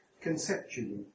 conceptually